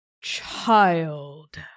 Child